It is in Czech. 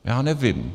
Já nevím.